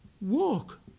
walk